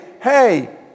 hey